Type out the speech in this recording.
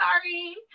sorry